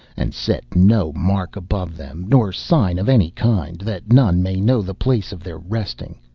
and set no mark above them, nor sign of any kind, that none may know the place of their resting.